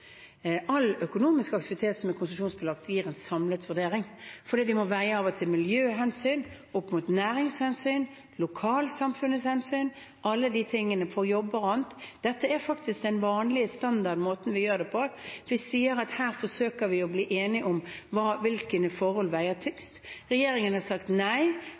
All økonomisk aktivitet som er konsesjonsbelagt, foregår etter en samlet vurdering fordi en av og til må veie miljøhensyn opp mot næringshensyn, lokalsamfunnets hensyn, alle de tingene, for jobb og annet. Dette er faktisk den vanlige standardmåten vi gjør det på. Vi sier at her forsøker vi å bli enige om hvilke forhold som veier tyngst. Regjeringen har sagt nei